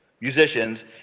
musicians